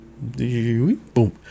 Boom